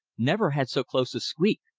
never had so close a squeak.